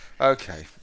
Okay